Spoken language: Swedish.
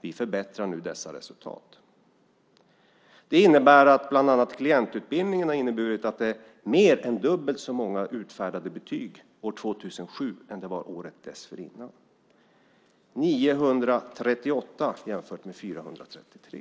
Vi förbättrar nu dessa resultat. Klientutbildningen har inneburit att det var mer än dubbelt så många utfärdade betyg år 2007 som året dessförinnan, 938 jämfört med 433.